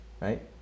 right